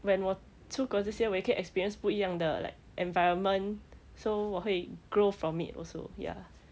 when 我出国这些我也可以 experience 不一样的 like environment so 我会 grow from it also ya